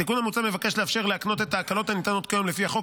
התיקון המוצע מבקש לאפשר להקנות את ההקלות הניתנות כיום לפי החוק